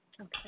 Okay